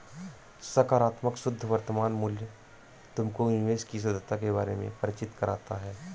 सकारात्मक शुद्ध वर्तमान मूल्य तुमको निवेश की शुद्धता के बारे में परिचित कराता है